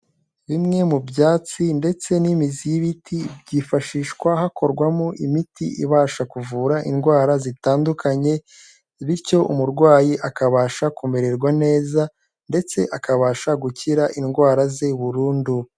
Bimwe mu byatsi ndetse n'imizi y'ibiti, byifashishwa hakorwamo imiti ibasha kuvura indwara zitandukanye, bityo umurwayi akabasha kumererwa neza ndetse akabasha gukira indwara ze burundu.